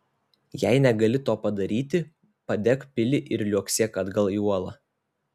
jei negali to padaryti padek pilį ir liuoksėk atgal į uolą